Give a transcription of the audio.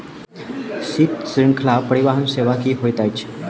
शीत श्रृंखला परिवहन सेवा की होइत अछि?